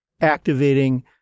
activating